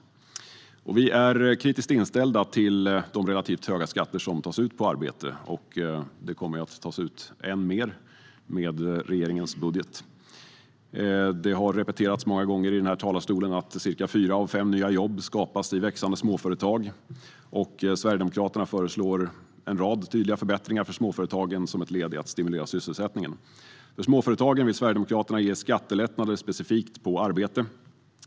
Vi är kritiskt inställda till de relativt höga skatter som tas ut på arbete, och det kommer att tas ut än mer med regeringens budget. Det har repeterats många gånger i den här talarstolen att cirka fyra av fem nya jobb skapas i växande småföretag. Sverigedemokraterna föreslår en rad tydliga förbättringar för småföretagen, som ett led i att stimulera sysselsättningen. För småföretagen vill Sverigedemokraterna ge skattelättnader specifikt på arbete.